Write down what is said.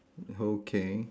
okay